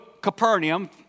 Capernaum